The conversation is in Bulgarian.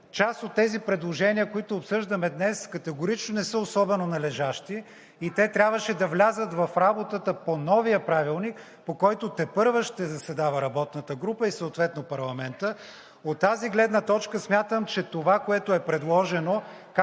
Част от тези предложения, които обсъждаме днес, категорично не са особено належащи и те трябваше да влязат в работата по новия Правилник, по който тепърва ще заседава работната група и съответно парламентът. От тази гледна точка смятам, че това, което е предложено